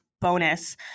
bonus